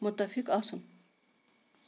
مُتفِق آسُن